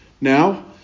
now